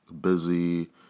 Busy